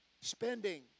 spending